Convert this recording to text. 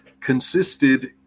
consisted